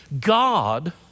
God